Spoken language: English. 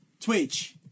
Twitch